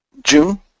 June